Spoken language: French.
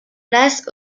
place